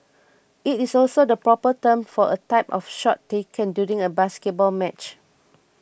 it is also the proper term for a type of shot taken during a basketball match